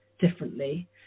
differently